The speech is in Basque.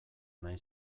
nahi